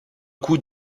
coup